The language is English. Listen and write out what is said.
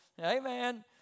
Amen